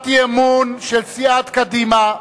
של סיעת קדימה,